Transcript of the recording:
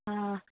ಹಾಂ